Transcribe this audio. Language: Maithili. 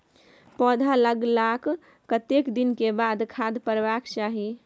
पौधा लागलाक कतेक दिन के बाद खाद परबाक चाही?